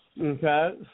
Okay